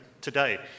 today